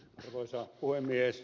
arvoisa puhemies